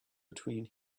between